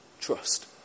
trust